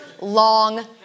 long